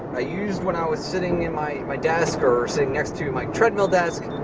i used when i was sitting in my my desk or sitting next to my treadmill desk